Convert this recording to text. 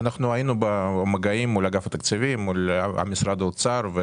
היינו במגעים מול אגף התקציבים והיו כמה אופציות.